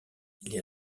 les